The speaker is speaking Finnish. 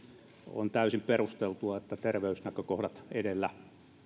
on täysin perusteltua että terveysnäkökohdat edellä